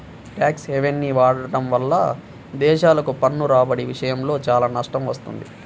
tax హెవెన్ని వాడటం వల్ల దేశాలకు పన్ను రాబడి విషయంలో చాలా నష్టం వస్తుంది